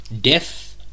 Death